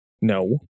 No